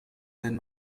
denn